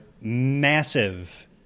massive